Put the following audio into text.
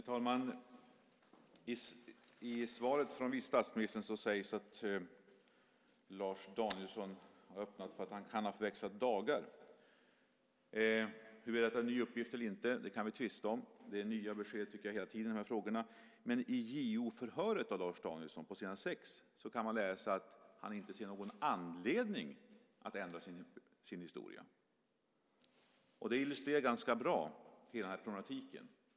Herr talman! I svaret från vice statsministern sägs det att Lars Danielsson har öppnat för att han kan ha förväxlat dagar. Huruvida detta är en ny uppgift eller inte kan vi tvista om. Det är nya besked hela tiden i de här frågorna, tycker jag. Men i JO-förhöret av Lars Danielsson kan man på s. 6 läsa att han inte ser någon anledning att ändra sin historia. Det illustrerar hela problematiken ganska bra.